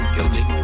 Guilty